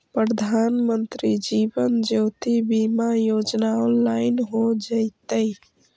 प्रधानमंत्री जीवन ज्योति बीमा योजना ऑनलाइन हो जइतइ